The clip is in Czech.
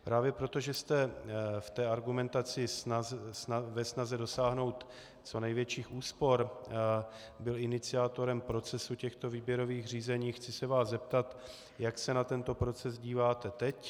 Právě proto, že jste v té argumentaci ve snaze dosáhnout co největších úspor byl iniciátorem procesů těchto výběrových řízení, chci se vás zeptat, jak se na tento proces díváte teď.